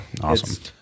awesome